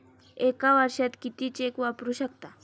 एका वर्षात किती चेक वापरू शकता?